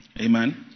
Amen